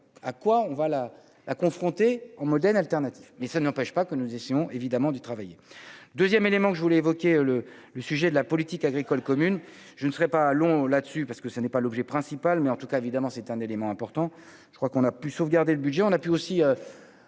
à quoi on va la la confrontés au modèle alternatif, mais ça n'empêche pas que nous disons. évidemment dû travailler 2ème élément que je voulais évoquer le le sujet de la politique agricole commune, je ne serai pas long là-dessus parce que ça n'est pas l'objet principal, mais en tout cas, évidemment, c'est un élément important, je crois qu'on a pu sauvegarder le budget, on a pu aussi